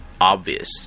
obvious